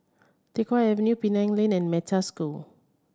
Teck Whye Avenue Penang Lane and Metta School